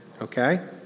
okay